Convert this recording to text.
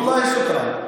יאללה, שוכרן.